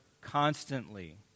constantly